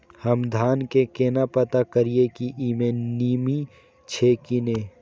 हम धान के केना पता करिए की ई में नमी छे की ने?